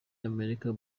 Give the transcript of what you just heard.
y’amerika